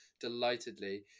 delightedly